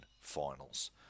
finals